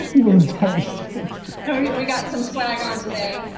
you're very sweet. and we got some swag on today.